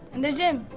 and the gym.